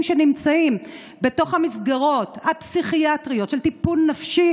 שנמצאים בתוך המסגרות הפסיכיאטריות של טיפול נפשי